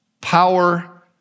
power